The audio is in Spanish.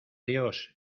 dios